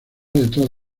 detrás